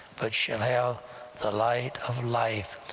but shall have the light of life.